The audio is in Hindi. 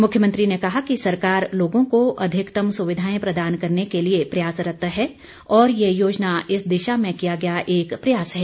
मुख्यमंत्री ने कहा कि सरकार लोगों को अधिकतम सुविधाएं प्रदान करने के लिए प्रयासरत है और ये योजना इस दिशा में किया गया एक प्रयास है